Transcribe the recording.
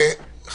הסתייגות מס' 34,